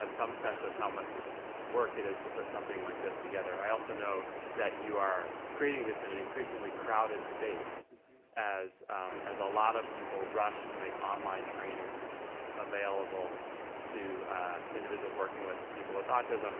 have some sense of how much work it is to put something like this together. i also know that you are creating this at an increasingly crowded space as as a lot of people rush to make online training available to to individuals working with people with autism.